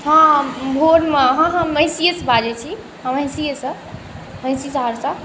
हँ भोरमे हँ हम महिषिएसँ बाजै छी हँ महिषिएसँ महिषी सहरसा